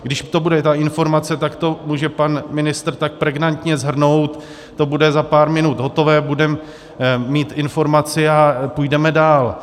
Když to bude ta informace, tak to může pan ministr tak pregnantně shrnout, to bude za pár minut hotové, budeme mít informaci a půjdeme dál.